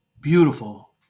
beautiful